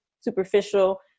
superficial